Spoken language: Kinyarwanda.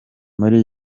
muri